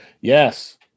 Yes